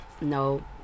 No